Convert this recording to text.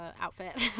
outfit